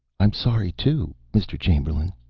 i'm sorry, too, mr. chamberlain,